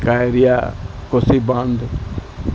کا اریا کوسی باندھ